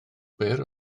byr